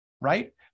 right